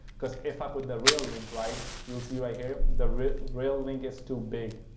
because if i put the real link, right, you'll see right here, the real real link is too big.